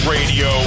Radio